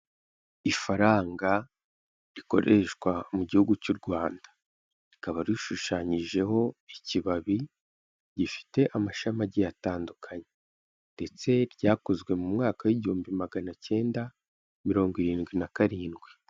Ifaranga rikoreshwa mu gihugu cy'u Rwanda rikaba rishushanyijeho ikibabi, gifite amashami agiye atandukanye, ndetse ryakozwe mu mwaka w'igihumbi magana cyenda mirongo irindwi na karindwi.